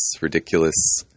ridiculous